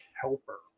helper